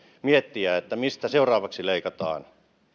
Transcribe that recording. miettiä mistä seuraavaksi leikataan